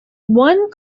one